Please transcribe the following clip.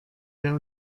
der